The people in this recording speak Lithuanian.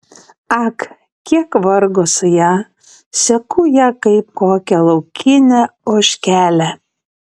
ak kiek vargo su ja seku ją kaip kokią laukinę ožkelę